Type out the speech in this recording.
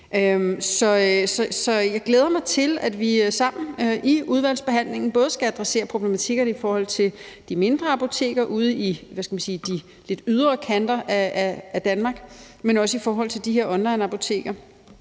Så jeg glæder mig til, at vi sammen i udvalgsbehandlingen både skal adressere problematikkerne i forhold til de mindre apoteker ude i de lidt mere ydre kanter af Danmark, men også i forhold til de her onlineapoteker.